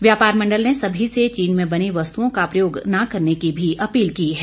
व्यापार मंडल ने सभी से चीन में बनी वस्तुओं का प्रयोग न करने की भी अपील की है